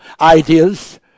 ideas